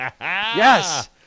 Yes